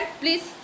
please